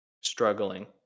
struggling